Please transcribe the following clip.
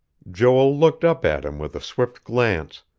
joel looked up at him with a swift glance,